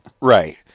Right